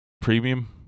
Premium